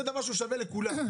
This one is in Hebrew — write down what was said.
זה דבר שהוא שווה לכולם.